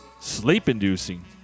sleep-inducing